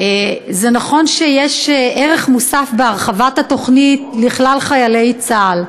נכון שיש ערך מוסף בהרחבת התוכנית לכלל חיילי צה"ל,